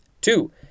Two